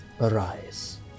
arise